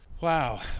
wow